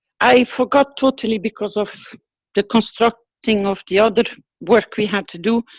i forgot totally because of the constructing of the other work we had to do.